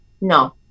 No